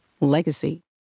legacy